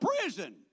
prison